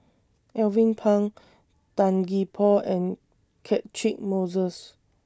Alvin Pang Tan Gee Paw and Catchick Moses